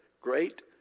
great